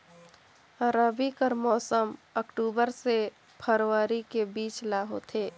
रबी कर मौसम अक्टूबर से फरवरी के बीच ल होथे